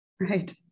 Right